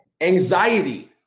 Anxiety